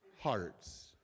hearts